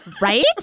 Right